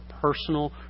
personal